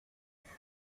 alors